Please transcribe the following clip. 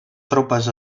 tropes